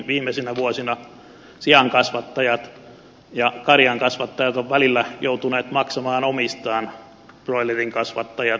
viimeisinä vuosina siankasvattajat ja karjankasvattajat ovat välillä joutuneet maksamaan omistaan broilerinkasvattajat ja muut vastaavat